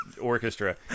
orchestra